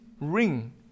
ring